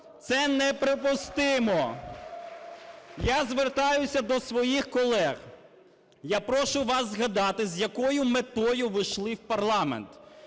це неприпустимо. Я звертаюся до своїх колег, я прошу вас згадати, з якою метою ви йшли у парламент.